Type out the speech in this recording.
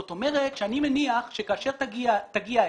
זאת אומרת שאני מניח שכאשר תגיע העת,